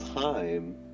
time